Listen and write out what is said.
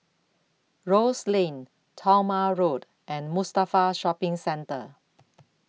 Rose Lane Talma Road and Mustafa Shopping Centre